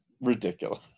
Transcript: ridiculous